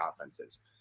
offenses